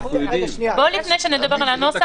--- לפני שנדבר על הנוסח,